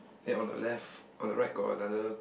then on the left on the right got another